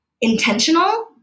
intentional